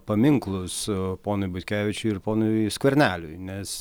paminklus ponui butkevičiui ir ponui skverneliui nes